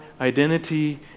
identity